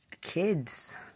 Kids